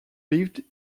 lived